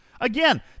Again